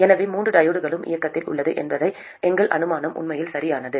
எனவே மூன்று டையோட்களும் இயக்கத்தில் உள்ளன என்ற எங்கள் அனுமானம் உண்மையில் சரியானது